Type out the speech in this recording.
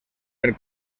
per